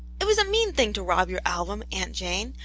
it was a mean thing to rob your album, aunt jane,